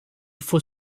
faut